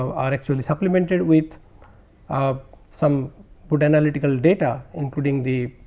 um are actually supplemented with ah some good analytical data including the